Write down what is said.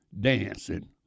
dancing